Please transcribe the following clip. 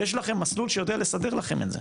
יש לנו מסלול שיודע לסדר לכם את זה,